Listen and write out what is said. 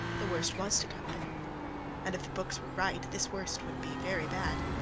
the worst was to come, then and if the books were right this worst would be very bad.